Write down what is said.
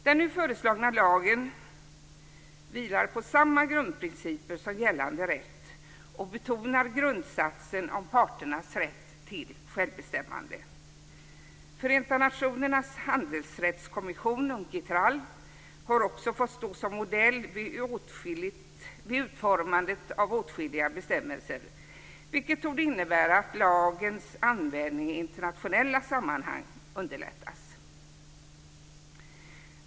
Den nu föreslagna lagen vilar på samma grundprinciper som gällande rätt och betonar grundsatsen om parternas rätt till självbestämmande. Förenta nationernas handelsrättskommision, Uncitral, har också fått stå som modell vid utformandet av åtskilliga bestämmelser, vilket torde innebära att lagens användning i internationella sammanhang underlättas.